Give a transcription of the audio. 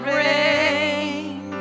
rain